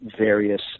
various